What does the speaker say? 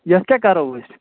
یَتھ کیاہ کَرو أسۍ